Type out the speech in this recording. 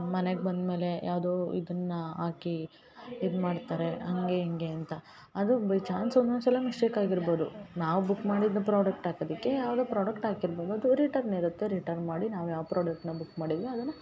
ಮನೆಗೆ ಬಂದ್ಮೇಲೇ ಯಾವುದೋ ಇದುನ್ನ ಹಾಕಿ ಇದು ಮಾಡ್ತಾರೆ ಹಂಗೆ ಹಿಂಗೆ ಅಂತ ಅದು ಬೈ ಚಾನ್ಸ್ ಒನ್ನೊಂದು ಸಲ ಮಿಸ್ಟೇಕ್ ಆಗಿರ್ಬೋದು ನಾವು ಬುಕ್ ಮಾಡಿದ ಪ್ರಾಡಕ್ಟ್ ಹಾಕದ್ದಿಕ್ಕಿ ಯಾವುದೋ ಪ್ರಾಡಕ್ಟ್ ಹಾಕಿರ್ಬೌದು ರಿಟನ್ ಇರತ್ತೆ ರಿಟನ್ ಮಾಡಿ ನಾವು ಯಾವ ಪ್ರಾಡಕ್ಟ್ನ ಬುಕ್ ಮಾಡಿದ್ವಿ ಅದನ್ನ